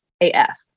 AF